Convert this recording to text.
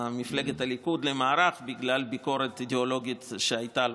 מפלגת הליכוד למערך בגלל ביקורת אידיאולוגית שהייתה לו.